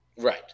Right